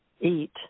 eat